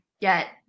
get